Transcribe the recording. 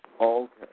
Okay